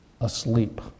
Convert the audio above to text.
asleep